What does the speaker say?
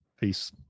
Peace